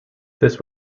this